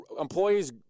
Employees